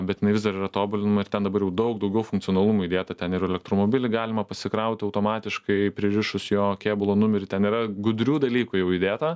bet jinai vis dar yra tobulinama ir ten dabar jau daug daugiau funkcionalumo įdėta ten ir elektromobilį galima pasikraut automatiškai pririšus jo kėbulo numerį ten yra gudrių dalykų jau įdėta